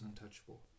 untouchable